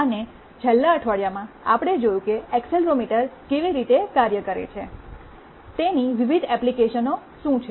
અને છેલ્લા અઠવાડિયામાં આપણે જોયું કે એક્સેલરોમીટર કેવી રીતે કાર્ય કરે છે તેના વિવિધ એપ્લિકેશનો શું છે